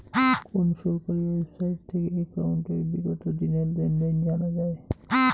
কোন সরকারি ওয়েবসাইট থেকে একাউন্টের বিগত দিনের লেনদেন দেখা যায়?